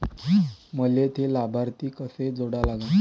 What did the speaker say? मले थे लाभार्थी कसे जोडा लागन?